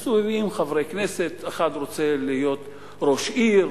מסתובבים חברי כנסת, אחד רוצה להיות ראש עיר,